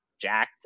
jacked